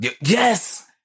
Yes